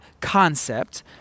concept